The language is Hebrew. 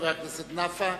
חבר הכנסת נפאע.